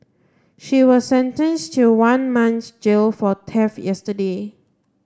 she was sentenced to one month's jail for yesterday